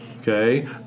Okay